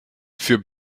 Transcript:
für